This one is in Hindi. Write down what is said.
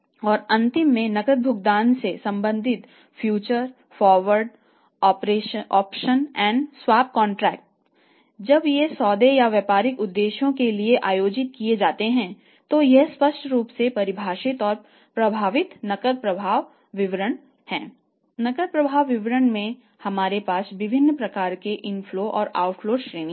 और अंतिम में नकद भुगतान से संभंधित फ्यूचर फॉरवर्ड ऑप्शन और स्वैप कॉन्ट्रैक्ट श्रेणियां हैं